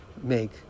make